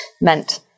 meant